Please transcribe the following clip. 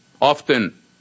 often